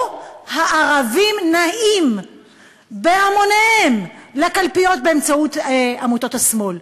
או "הערבים נעים בהמוניהם לקלפיות באמצעות עמותות השמאל".